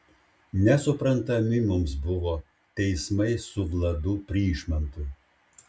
nesuprantami mums buvo teismai su vladu pryšmantu